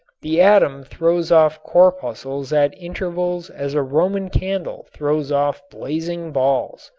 the atom throws off corpuscles at intervals as a roman candle throws off blazing balls.